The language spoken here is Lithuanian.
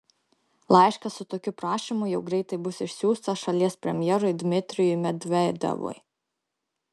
laiškas su tokiu prašymu jau greitai bus išsiųstas šalies premjerui dmitrijui medvedevui